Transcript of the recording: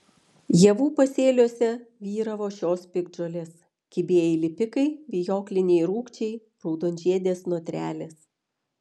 javų pasėliuose vyravo šios piktžolės kibieji lipikai vijokliniai rūgčiai raudonžiedės notrelės